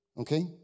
Okay